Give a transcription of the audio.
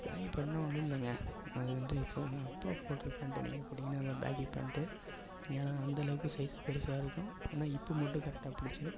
பேஹி பேண்ட்டுன்னா ஒன்றும் இல்லைங்க அது வந்து எப்பவுமே அப்பா போடுற பேண்ட்டை நீங்கள் போட்டிங்கன்னா அதுதான் பேஹி பேண்ட்டு ஏன்னா அந்தளவுக்கு சைஸு பெருசாக இருக்கும் ஆனால் ஹிப்பு மட்டும் கரெக்டாக பிடிச்சிக்கணும்